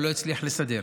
הוא לא הצליח לסדר.